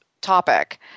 topic